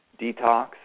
detox